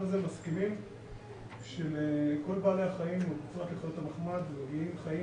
הזה מסכימים שלכל בעלי החיים ובפרט לחיות המחמד מגיעים חיים